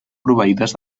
proveïdes